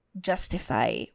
justify